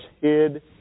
hid